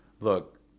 Look